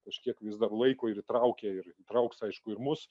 kažkiek vis dar laiko ir įtraukia ir įtrauks aišku ir mus